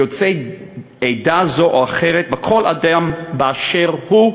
יוצאי עדה זו או אחרת וכל אדם באשר הוא.